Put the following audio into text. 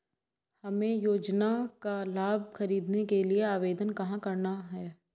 हमें योजना का लाभ ख़रीदने के लिए आवेदन कहाँ करना है?